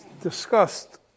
discussed